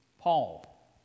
Paul